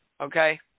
Okay